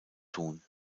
tun